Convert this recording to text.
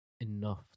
enough